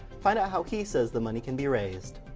find out how he says the money can be raised.